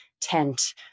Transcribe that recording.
tent